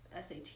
SAT